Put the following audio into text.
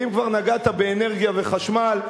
ואם כבר נגעת באנרגיה וחשמל,